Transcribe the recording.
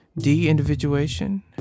De-individuation